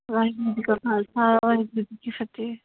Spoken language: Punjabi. ਵਾਹਿਗੁਰੂ ਜੀ ਕਾ ਖਾਲਸਾ ਵਾਹਿਗੁਰੂ ਜੀ ਕੀ ਫਤਿਹ